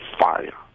fire